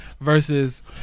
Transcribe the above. versus